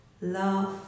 love